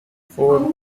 four